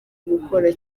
gukora